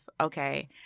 okay